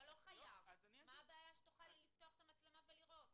אתה לא חייב, מה הבעיה שתוכל לפתוח ולראות?